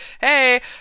hey